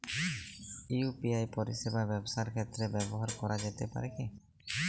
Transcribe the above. UPI পরিষেবা ব্যবসার ক্ষেত্রে ব্যবহার করা যেতে পারে কি?